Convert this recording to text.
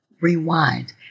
rewind